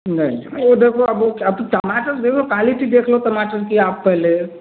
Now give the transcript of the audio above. नहीं यह देखो अब अब टमाटर देखो क्वालिटी देख लो टमाटर कि आप पहले